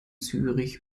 zürich